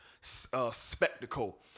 spectacle